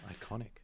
Iconic